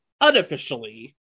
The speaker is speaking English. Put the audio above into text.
unofficially